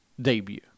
debut